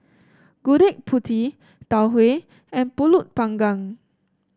Gudeg Putih Tau Huay and pulut panggang